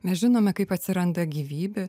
mes žinome kaip atsiranda gyvybė